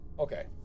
Okay